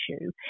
issue